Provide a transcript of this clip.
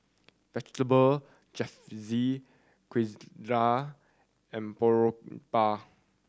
Vegetable Jalfrezi Quesadillas and Boribap